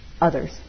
others